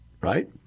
right